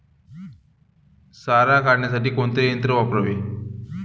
सारा काढण्यासाठी कोणते यंत्र वापरावे?